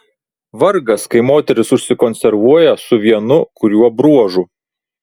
vargas kai moteris užsikonservuoja su vienu kuriuo bruožu